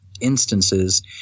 instances